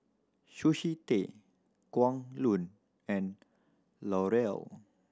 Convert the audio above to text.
Sushi Tei Kwan Loong and L'Oreal